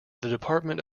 department